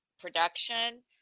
production